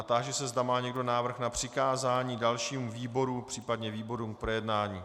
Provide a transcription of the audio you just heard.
Táži se, zda má někdo návrh na přikázání dalšímu výboru, případně výborům k projednání.